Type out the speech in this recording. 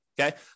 Okay